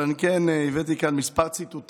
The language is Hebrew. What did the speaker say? אבל כן הבאתי לכאן כמה ציטוטים,